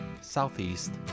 Southeast